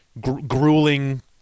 grueling